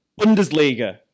Bundesliga